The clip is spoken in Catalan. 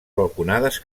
balconades